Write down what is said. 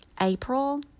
April